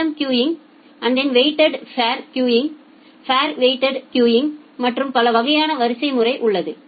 custom queuing weighted fair queuing fair weighted fair queuing மற்றும் பல வகையான வரிசை முறை உள்ளது